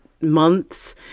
months